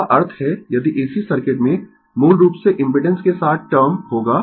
इसका अर्थ है यदि AC सर्किट में मूल रूप से इम्पिडेंस के साथ टर्म होगा